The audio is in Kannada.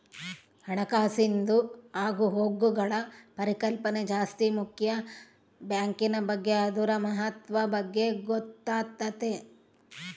ಹಣಕಾಸಿಂದು ಆಗುಹೋಗ್ಗುಳ ಪರಿಕಲ್ಪನೆ ಜಾಸ್ತಿ ಮುಕ್ಯ ಬ್ಯಾಂಕಿನ್ ಬಗ್ಗೆ ಅದುರ ಮಹತ್ವದ ಬಗ್ಗೆ ಗೊತ್ತಾತತೆ